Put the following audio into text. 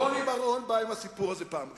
רוני בר-און בא עם הסיפור הזה בפעם הראשונה,